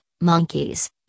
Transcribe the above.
monkeys